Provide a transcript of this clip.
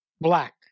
black